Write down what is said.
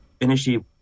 initially